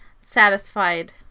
satisfied